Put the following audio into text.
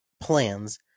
plans